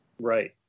right